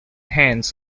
hands